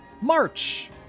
March